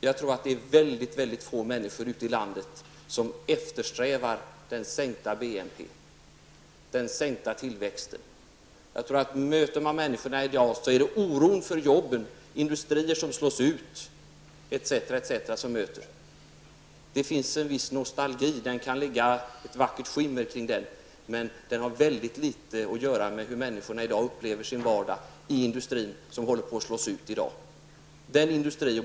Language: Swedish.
Jag tror att det är väldigt få människor ute i landet som eftersträvar den sänkta bruttonationalprodukten, den sänkta tillväxten. I kontakten med människor i dag är det oron för jobben, för industrier som slås ut etc. som man möter. Det finns en viss nostalgi och det kan ligga ett vackert skimmer kring den, men den har mycket litet att göra med hur människorna upplever sin vardag i den industri som håller på att slås ut.